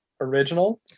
original